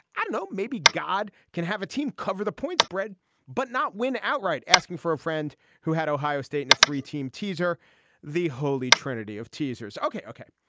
i don't know. maybe god can have a team cover the point spread but not win outright. asking for a friend who had ohio state and a three team teaser the holy trinity of teasers. okay. okay.